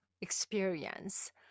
experience